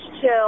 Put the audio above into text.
Chill